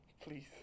please